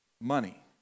money